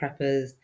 Preppers